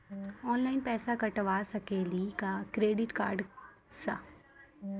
Online पैसा कटवा सकेली का क्रेडिट कार्ड सा?